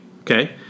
okay